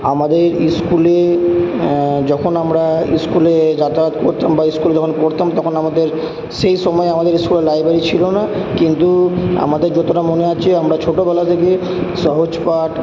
আমাদের স্কুলে যখন আমরা স্কুলে যাতায়াত করতাম বা স্কুলে যখন পড়তাম তখন আমাদের সেই সময় আমাদের স্কুলে লাইব্রেরি ছিল না কিন্তু আমাদের যতটা মনে আছে আমরা ছোটোবেলা থেকে সহজপাঠ